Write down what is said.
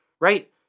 right